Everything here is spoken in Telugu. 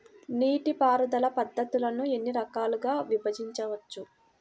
నీటిపారుదల పద్ధతులను ఎన్ని రకాలుగా విభజించవచ్చు?